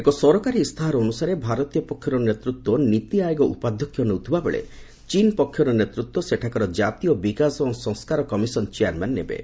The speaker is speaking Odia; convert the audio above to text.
ଏକ ସରକାରୀ ଇସ୍ତାହାର ଅନୁସାରେ ଭାରତୀୟ ପକ୍ଷର ନେତୃତ୍ୱ ନୀତି ଆୟୋଗ ଉପାଧ୍ୟକ୍ଷ ନେଉଥିବା ବେଳେ ଚୀନ୍ ପକ୍ଷର ନେତୃତ୍ୱ ସେଠାକାର କାତୀୟ ବିକାଶ ଓ ସଂସ୍କାର କମିଶନ୍ ଚେୟାରମ୍ୟାନ୍ ନେବେ